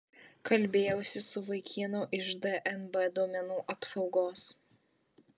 kalbėjausi su vaikinu iš dnb duomenų apsaugos